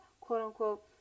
quote-unquote